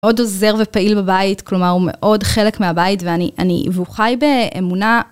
מאוד עוזר ופעיל בבית, כלומר הוא מאוד חלק מהבית, ואני אני, והוא חי באמונה.